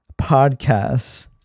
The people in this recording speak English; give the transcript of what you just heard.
Podcasts